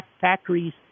factories